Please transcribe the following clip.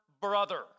brother